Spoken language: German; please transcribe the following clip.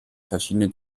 verschiedene